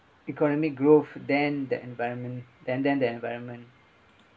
economic growth than the environment and then the environment